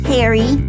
Harry